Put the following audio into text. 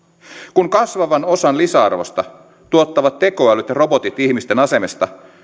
kun kasvavan osan lisäarvosta tuottavat tekoälyt ja robotit ihmisten asemesta